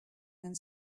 and